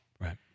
Right